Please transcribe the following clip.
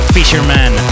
Fisherman